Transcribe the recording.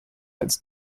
als